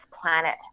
planet